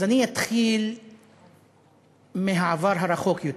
אז אני אתחיל מהעבר הרחוק יותר.